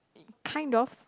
kind of